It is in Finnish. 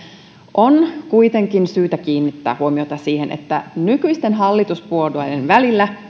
on kuitenkin syytä kiinnittää huomiota siihen että nykyisten hallituspuolueiden välillä